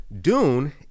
dune